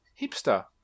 Hipster